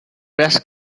press